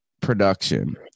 production